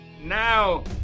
now